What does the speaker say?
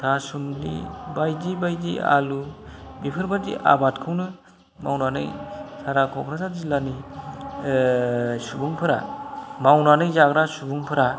थासुम्लि बायदि बायदि आलु बेफोरबादि आबादखौनो मावनानै सारा क'क्राझार जिल्लानि सुबुंफोरा मावनानै जाग्रा सुबुंफोरा